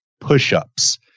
push-ups